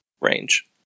range